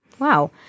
Wow